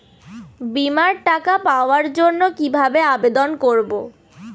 বিমার টাকা পাওয়ার জন্য কিভাবে আবেদন করব?